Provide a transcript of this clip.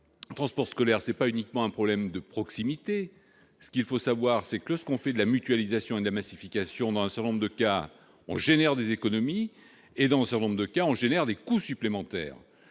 Transport scolaire c'est pas uniquement un problème de proximité, ce qu'il faut savoir, c'est que lorsqu'on fait de la mutualisation de la massification dans un certain nombre de cas, on génère des économies et dans un nombre de cas, on génère des coûts supplémentaires